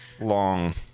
long